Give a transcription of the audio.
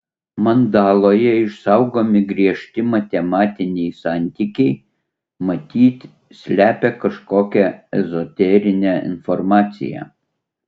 mandaloje išsaugomi griežti matematiniai santykiai matyt slepia kažkokią ezoterinę informaciją